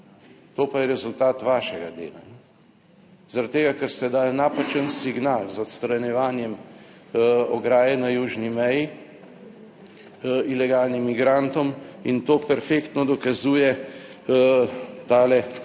To pa je rezultat vašega dela, zaradi tega, ker ste dali napačen signal z odstranjevanjem ograje na južni meji ilegalnim migrantom in to perfektno dokazuje tale